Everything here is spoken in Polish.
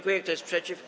Kto jest przeciw?